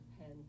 pen